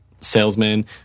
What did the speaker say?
salesman